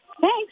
Thanks